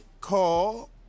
call